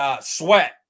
Sweat